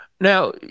Now